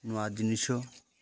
ନୂଆ ଜିନିଷ